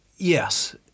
Yes